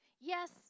Yes